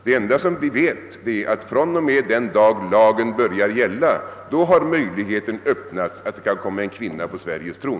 Det enda vi vet är att från och med den dag lagen börjar gälla har möjligheten öppnats att det kan komma en kvinna på Sveriges tron.